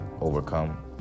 overcome